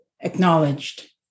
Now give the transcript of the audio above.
acknowledged